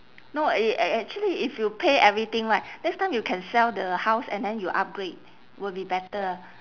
no it eh actually if you pay everything right next time you can sell the house and then you upgrade will be better